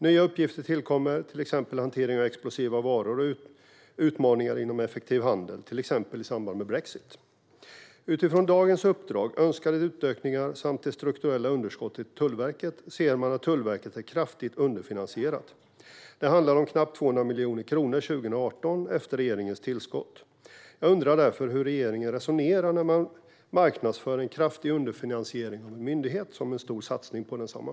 Nya uppgifter tillkommer, till exempel hantering av explosiva varor och utmaningar inom effektiv handel, till exempel i samband med brexit. Utifrån dagens uppdrag, önskade utökningar och det strukturella underskottet i Tullverket ser man att Tullverket är kraftigt underfinansierat. Det handlar om knappt 200 miljoner kronor år 2018 efter regeringens tillskott. Jag undrar därför hur regeringen resonerar när man marknadsför en kraftig underfinansiering av en myndighet som en stor satsning på densamma.